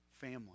family